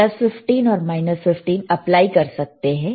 plus 15 और minus 15 apply कर सकते हैं